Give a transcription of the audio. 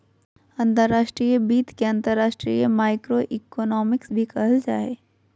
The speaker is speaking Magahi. अंतर्राष्ट्रीय वित्त के अंतर्राष्ट्रीय माइक्रोइकोनॉमिक्स भी कहल जा हय